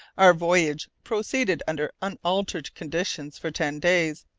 our voyage proceeded under unaltered conditions for ten days.